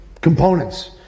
components